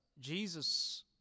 Jesus